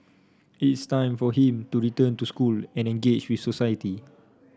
it's time for him to return to school and engage with society